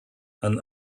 and